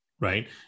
right